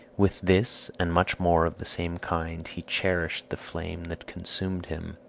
with this, and much more of the same kind, he cherished the flame that consumed him,